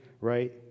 Right